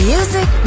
Music